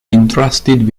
entrusted